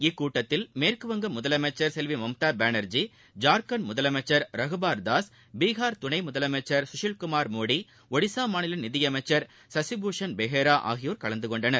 இக்கூட்டத்தில் மேற்குவங்க முதலமைச்சர் செல்வி மம்தா பானா்ஜி ஜார்க்கண்ட் முதலமைச்சா் ரகுபாா் தாஸ் பீகாா் துணை முதல்வா் குஷில்குமாா் மோடி ஒடிசா மாநில நிதியமைச்சர் சசி பூஷன் பெஹேரா ஆகியோர் கலந்து கொண்டனர்